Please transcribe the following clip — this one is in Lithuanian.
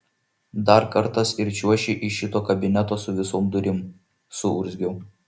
dar kartas ir čiuoši iš šito kabineto su visom durim suurzgiau